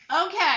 Okay